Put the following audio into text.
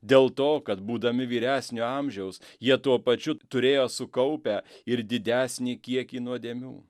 dėl to kad būdami vyresnio amžiaus jie tuo pačiu turėjo sukaupę ir didesnį kiekį nuodėmių